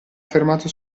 fermato